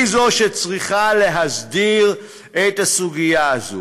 היא שצריכה להסדיר את הסוגיה הזאת.